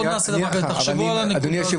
אתה מבקש עכשיו --- לא לשנות.